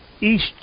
East